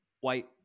white